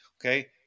Okay